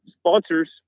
sponsors